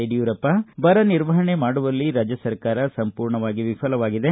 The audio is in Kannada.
ಯಡಿಯೂರಪ್ಪ ಬರ ನಿರ್ವಹಣೆ ಮಾಡುವಲ್ಲಿ ರಾಜ್ಯ ಸರ್ಕಾರ ಸಂಪೂರ್ಣವಾಗಿದೆ